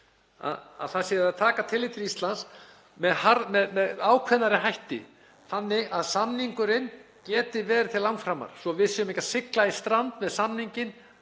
það sé hægt að taka tillit til Íslands með ákveðnari hætti þannig að samningurinn geti verið til langframa svo við séum ekki að sigla í strand með samninginn?